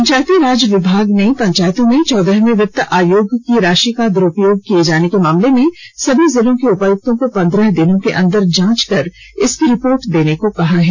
पंचायती राज विभाग ने पंचायतों में चौदहवें वित्त आयोग की राशि का दुरुपयोग किए जाने के मामले में सभी जिलों के उपायुक्तों को पंद्रह दिनों के अंदर जांच कर रिपोर्ट देने को कहा है